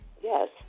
yes